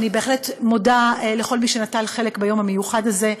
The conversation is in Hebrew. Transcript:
אז אני בהחלט מודה לכל מי שנטל חלק ביום המיוחד הזה.